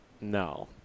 no